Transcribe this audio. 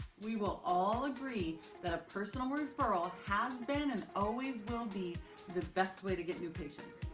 we will all agree that a personal referral has been and always will be the best way to get new patients.